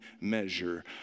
measure